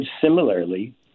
similarly